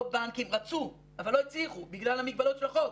הבנקים רצו אבל לא הצליחו בגלל המגבלות של החוק.